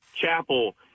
chapel